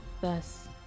Thus